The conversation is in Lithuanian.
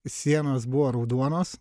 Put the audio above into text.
sienos buvo raudonos